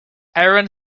aaron